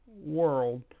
world